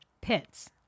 pits